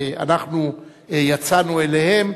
ואנחנו יצאנו אליהם,